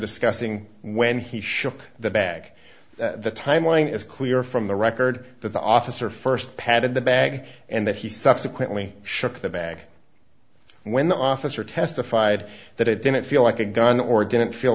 discussing when he shook the bag the timeline is clear from the record that the officer st patted the bag and that he subsequently shook the bag when the officer testified that it didn't feel like a gun or didn't feel